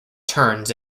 turns